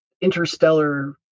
interstellar